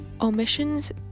omissions